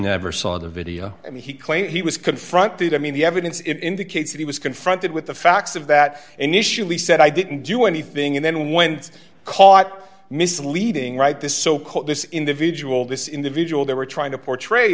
never saw the video and he claimed he was confronted i mean the evidence it indicates that he was confronted with the facts of that initially said i didn't do anything and then went caught misleading right this so called this individual this individual they were trying to portray